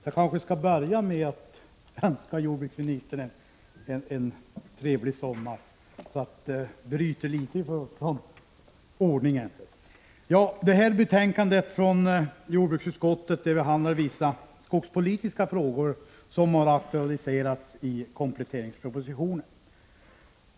Herr talman! Det här betänkandet från jordbruksutskottet behandlar vissa skogspolitiska frågor, som har aktualiserats i kompletteringspropositionen.